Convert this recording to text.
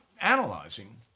analyzing